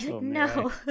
no